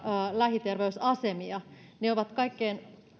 lähiterveysasemia ne ovat kaikkein